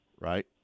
right